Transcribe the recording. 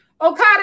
Okada